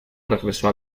regresó